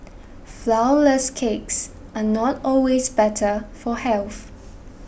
Flourless Cakes are not always better for health